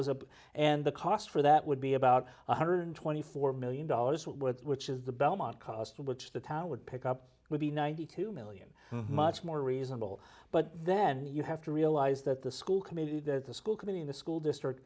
was a and the cost for that would be about one hundred twenty four million dollars which is the belmont cost which the town would pick up will be ninety two million much more reasonable but then you have to realize that the school committee that the school committee in the school district